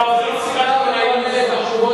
טוב, זו לא מסיבת עיתונאים עם השר.